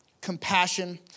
compassion